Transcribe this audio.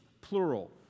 plural